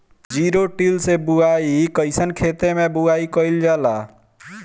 Zero till से बुआई कयिसन खेते मै बुआई कयिल जाला?